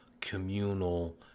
communal